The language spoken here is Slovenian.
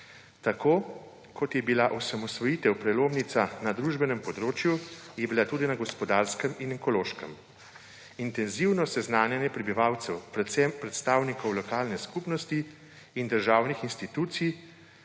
Tako kot je bila osamosvojitev prelomnica na družbenem področju, je bila tudi na gospodarskem in ekološkem. Intenzivno seznanjanje prebivalcev, predvsem predstavnikov lokalne skupnosti in državnih institucij,